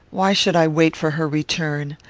why should i wait for her return?